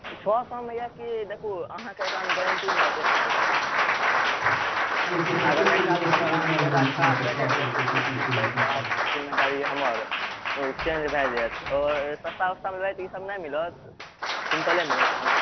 छओ सए मे यऽ की देखू अहाँके एहिठाम गारंटी मिलत एक सालके अगर एक सालमे अगर अहाँके पौधा खराब भए गेल यऽ सूखि तूखि गेल तऽ ज़िम्मेदारी हमर ओ चेंज भए जायत आओर सस्ता उस्तामे ईसब नहि मिलत सिम्पले मिलत समान